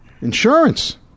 Insurance